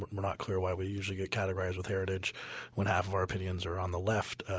we're not clear why we usually get categorized with heritage when half of our opinions are on the left.